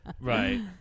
Right